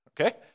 okay